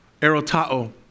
Erotao